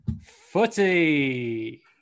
Footy